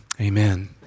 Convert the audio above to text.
amen